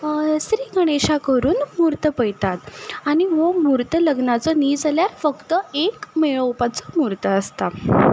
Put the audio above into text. श्रीगणेशा करून म्हूर्त पळयतात आनी हो म्हूर्त लग्नाचो न्हय जाल्यार फक्त एक मेळोवपाचो म्हूर्त आसता